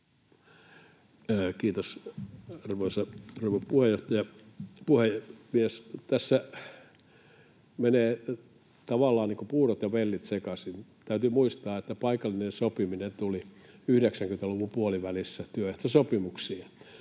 Kiitos, arvoisa rouva puhemies! Tässä menevät tavallaan puurot ja vellit sekaisin. Täytyy muistaa, että paikallinen sopiminen tuli 90-luvun puolivälissä työehtosopimuksiin.